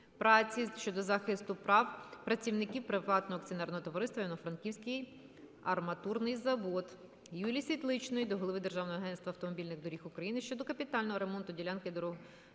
праці щодо захисту прав працівників приватного акціонерного товариства "Івано-Франківський арматурний завод". Юлії Світличної до Голови Державного агентства автомобільних доріг України щодо капітального ремонту ділянки дороги